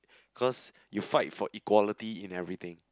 cause you fight for equality in everything